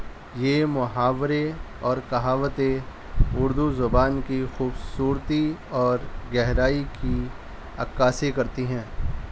یہ محاورے اور کہاوتیں اردو زبان کی خوبصورتی اور گہرائی کی عکاسی کرتی ہیں